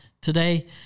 today